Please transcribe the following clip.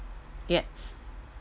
yes